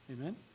Amen